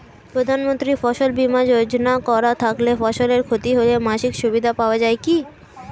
প্রধানমন্ত্রী ফসল বীমা যোজনা করা থাকলে ফসলের ক্ষতি হলে মাসিক সুবিধা পাওয়া য়ায় কি?